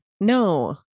No